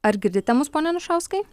ar girdite mus pone anušauskai